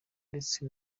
ndetse